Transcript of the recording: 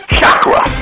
chakra